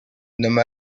nomme